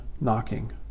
knocking